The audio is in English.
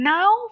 Now